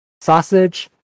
Sausage